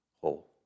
whole